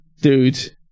dude